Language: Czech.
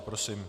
Prosím.